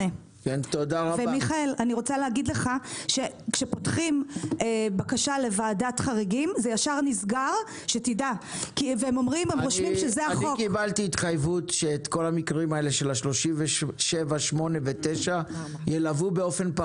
ואני 38. תודה רבה.